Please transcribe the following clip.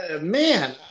man